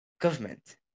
government